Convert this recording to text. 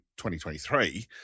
2023